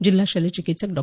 जिल्हा शल्यचिकित्सक डॉ